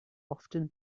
often